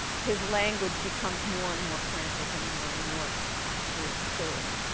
his language becomes more and more frantic, and more and more actually silly.